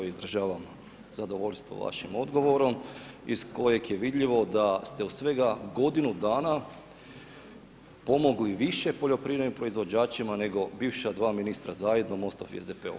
Izražavam zadovoljstvo vašim odgovorom iz kojeg je vidljivo da ste iz svega godinu dana pomogli više poljoprivrednim proizvođačima, nego bivša 2 ministra zajedno, Mostov i SDP-ov.